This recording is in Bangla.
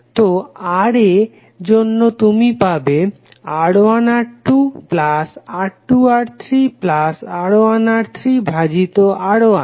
তো Ra এর জন্য তুমি পাবে R1R2R2R3R1R3 ভাজিত R1